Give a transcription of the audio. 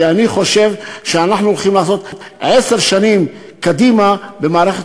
כי אני חושב שאנחנו הולכים לצעוד עשר שנים קדימה במערכת